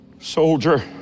soldier